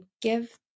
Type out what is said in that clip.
give